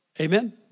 Amen